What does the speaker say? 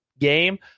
game